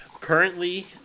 currently